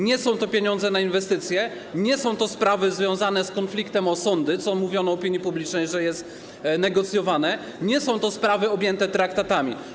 Nie są to pieniądze na inwestycje, nie są to sprawy związane z konfliktem o sądy - a mówiono opinii publicznej, że jest to negocjowane - nie są to sprawy objęte traktatami.